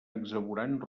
exuberant